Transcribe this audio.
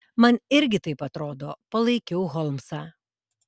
man irgi taip atrodo palaikiau holmsą